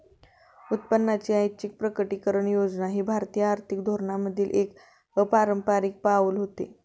उत्पन्नाची ऐच्छिक प्रकटीकरण योजना हे भारतीय आर्थिक धोरणांमधील एक अपारंपारिक पाऊल होते